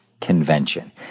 convention